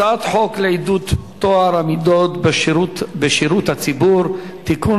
הצעת חוק לעידוד טוהר המידות בשירות הציבור (תיקון,